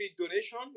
donation